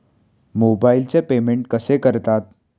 मोबाइलचे पेमेंट कसे करतात?